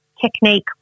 technique